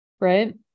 Right